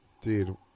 Dude